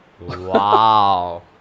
Wow